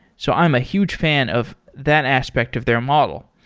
so i'm a huge fan of that aspect of their model.